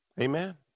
Amen